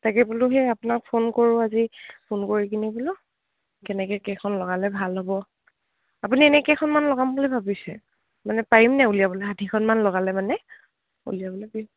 তাকে বোলো সেই আপোনাক ফোন কৰোঁ আজি ফোন কৰি কিনি বোলো কেনেকে কেইখন লগালে ভাল হ'ব আপুনি এনেকেইখনমান লগাম বুলি ভাবিছে মানে পাৰিম ন উলিয়াবলে াঠিখন মান লগালে মানে উলিয়াবলেি